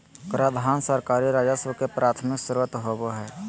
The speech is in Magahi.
कराधान सरकारी राजस्व के प्राथमिक स्रोत होबो हइ